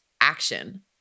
action